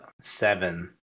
Seven